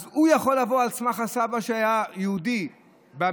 אז הוא יכול לבוא על סמך הסבא שהיה יהודי במקור,